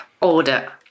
order